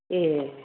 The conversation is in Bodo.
ए